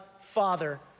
father